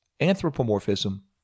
anthropomorphism